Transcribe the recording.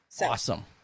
Awesome